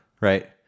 right